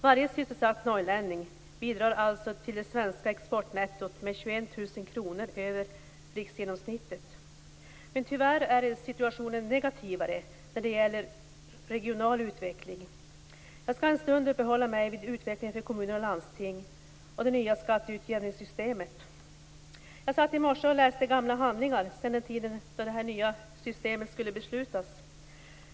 Varje sysselsatt norrlänning bidrar alltså till det svenska exportnettot med 21 000 kr över riksgenomsnittet. Tyvärr är situationen mer negativ när det gäller regional utveckling. Jag skall en stund uppehålla mig vid utvecklingen för kommuner och landsting och det nya skatteutjämningssystemet. Jag satt i morse och läste gamla handlingar sedan tiden då man skulle besluta om det nya systemet.